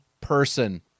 person